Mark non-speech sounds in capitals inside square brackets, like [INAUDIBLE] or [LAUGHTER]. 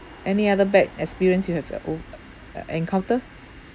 any other bad experience you have [NOISE] encounter